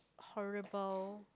horrible